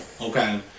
Okay